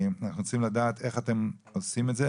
אנחנו צריכים לדעת איך אתם עושים את זה,